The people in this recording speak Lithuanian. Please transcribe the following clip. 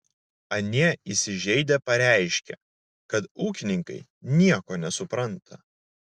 anie įsižeidę pareiškė kad ūkininkai nieko nesupranta